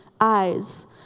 eyes